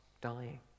dying